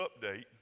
update